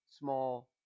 small